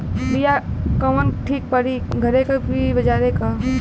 बिया कवन ठीक परी घरे क की बजारे क?